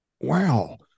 Wow